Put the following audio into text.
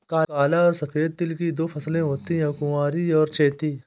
काला और सफेद तिल की दो फसलें होती है कुवारी और चैती